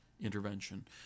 intervention